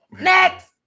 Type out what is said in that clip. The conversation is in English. next